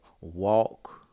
walk